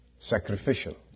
sacrificial